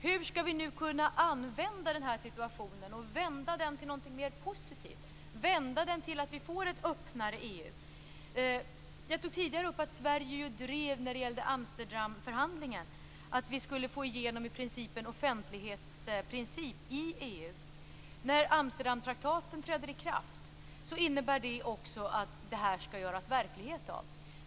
Hur skall vi nu kunna använda den här situationen och vända den till någonting mer positivt, till att få ett öppnare EU? Jag tog tidigare upp att Sverige i Amsterdamförhandlingen drev att vi i princip skulle få igenom en offentlighetsprincip i EU. När Amsterdamtraktaten träder i kraft innebär det också att detta skall bli verklighet.